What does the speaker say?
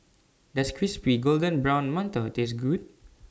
Does Crispy Golden Brown mantou Taste Good